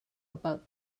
about